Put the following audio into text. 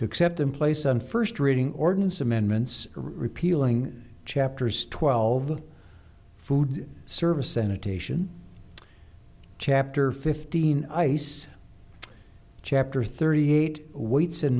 to accept them place on first reading ordinance amendments repealing chapters twelve food service annotation chapter fifteen ice chapter thirty eight weights and